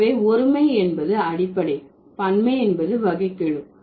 எனவே ஒருமை என்பது அடிப்படை பன்மை என்பது வகைக்கெழு